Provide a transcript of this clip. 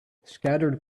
scattered